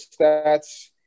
stats